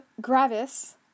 Gravis